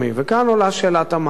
וכאן עולה שאלת המים.